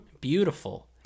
beautiful